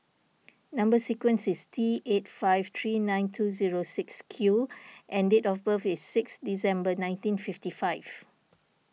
Number Sequence is T eight five three nine two zero six Q and date of birth is six December nineteen fifty five